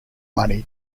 money